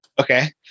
Okay